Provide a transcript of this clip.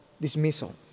dismissal